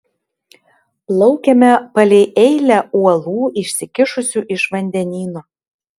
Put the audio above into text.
plaukėme palei eilę uolų išsikišusių iš vandenyno